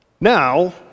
Now